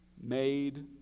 Made